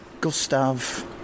Gustav